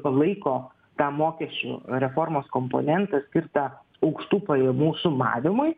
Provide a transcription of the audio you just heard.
palaiko tą mokesčių reformos komponentą skirtą aukštų pajamų sumavimui